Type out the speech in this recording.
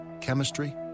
chemistry